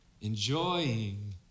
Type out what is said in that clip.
enjoying